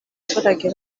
abaturage